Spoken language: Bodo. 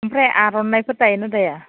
ओमफ्राय आरनाइफोर दायो ना दाया